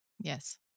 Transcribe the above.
Yes